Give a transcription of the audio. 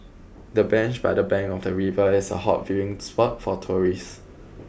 the bench by the bank of the river is a hot viewing spot for tourists